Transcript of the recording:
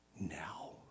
now